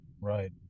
right